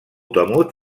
temut